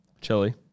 Chili